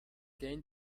gained